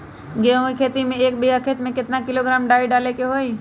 गेहूं के खेती में एक बीघा खेत में केतना किलोग्राम डाई डाले के होई?